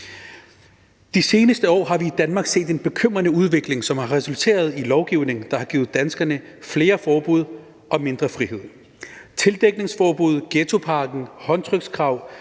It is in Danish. De seneste år har vi i Danmark set en bekymrende udvikling, som har resulteret i lovgivning, der har givet danskerne flere forbud og mindre frihed. Tildækningsforbuddet, ghettopakken, håndtrykskrav